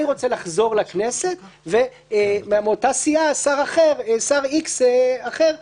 אני רוצה לחזור לכנסת ומאותה סיעה שר איקס אחר אומר,